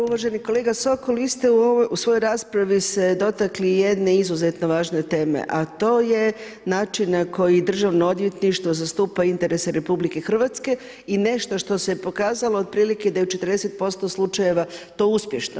Uvaženi kolega Sokol, vi ste u svojoj raspravi se dotakli jedne izuzetno važne teme, a to je način na koji državno odvjetništvo zastupa interese RH i nešto što se pokazalo otprilike da je u 40% slučajeva to uspješno.